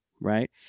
right